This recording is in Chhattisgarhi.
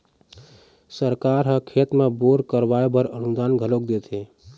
सरकार ह खेत म बोर करवाय बर अनुदान घलोक देथे